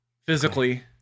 physically